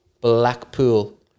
Blackpool